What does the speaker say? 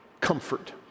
comfort